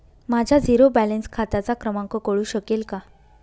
माझ्या zero balance खात्याचा क्रमांक कळू शकेल का?